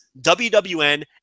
WWN